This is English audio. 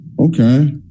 Okay